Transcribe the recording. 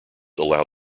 allow